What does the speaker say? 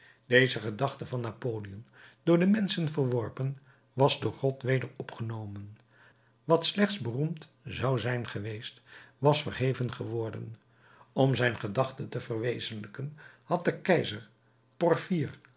deze gedachte van napoleon door de menschen verworpen was door god weder opgenomen wat slechts beroemd zou zijn geweest was verheven geworden om zijn gedachte te verwezenlijken had de keizer